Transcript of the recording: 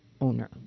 owner